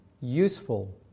useful